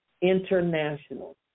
International